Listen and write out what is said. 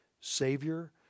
Savior